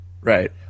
Right